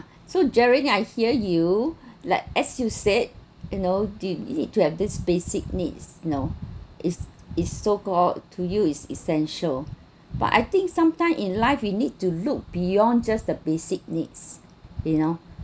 so jeraldine I hear you like as you said you know did you need to have this basic needs no is is so called to use ess~ essential but I think sometime in life we need to look beyond just the basic needs you know